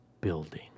building